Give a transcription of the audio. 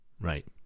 right